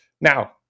Now